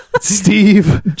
Steve